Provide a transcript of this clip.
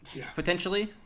Potentially